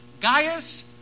Gaius